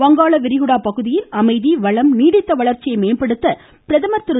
வங்காள விரிகுடா பகுதியில் அமைதி வளம் நீடித்த வளர்ச்சியை மேம்படுத்த பிரதமர் திரு